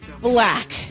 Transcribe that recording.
Black